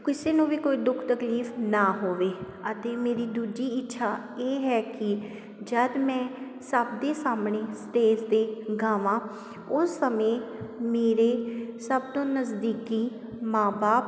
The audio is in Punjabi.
ਕਿਸੇ ਨੂੰ ਵੀ ਕੋਈ ਦੁੱਖ ਤਕਲੀਫ ਨਾ ਹੋਵੇ ਅਤੇ ਮੇਰੀ ਦੂਜੀ ਇੱਛਾ ਇਹ ਹੈ ਕਿ ਜਦ ਮੈਂ ਸਭ ਦੇ ਸਾਹਮਣੇ ਸਟੇਜ 'ਤੇ ਗਾਵਾਂ ਉਸ ਸਮੇਂ ਮੇਰੇ ਸਭ ਤੋਂ ਨਜ਼ਦੀਕੀ ਮਾਂ ਬਾਪ